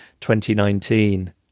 2019